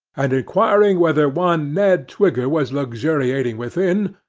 and inquiring whether one ned twigger was luxuriating within,